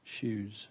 shoes